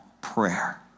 prayer